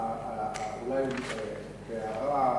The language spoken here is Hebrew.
אולי כהערה.